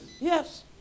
Yes